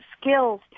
skills